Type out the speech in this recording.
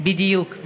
בדיוק.